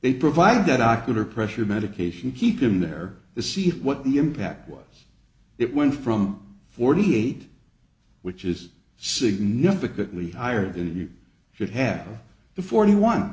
they provide that ocular pressure medication keep him there to see what the impact was it went from forty eight which is significantly higher than you should have the forty one